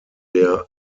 der